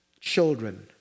children